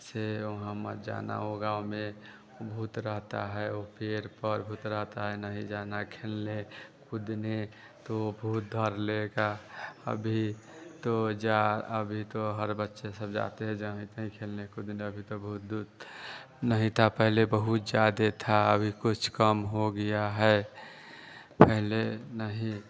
से वहाँ मत जाना वो गाँव में भूत रहता है वो पेड़ पर उतर आते हैं नहीं जाना खेलने कूदने तो भूत धर लेगा अभी तो जा अभी तो हर बच्चे सब जाते हैं जानते हैं खेलने कूदने अभी तक भूत ऊत नहीं था पहले बहुत ज़्यादा था अभी कुछ कम हो गया है पहले नहीं